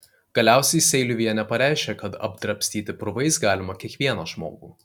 galiausiai seiliuvienė pareiškė kad apdrabstyti purvais galima kiekvieną žmogų